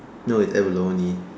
no it's abalone